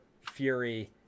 fury